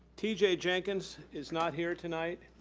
t j. jenkins is not here tonight.